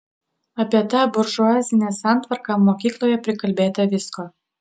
apie tą buržuazinę santvarką mokykloje prikalbėta visko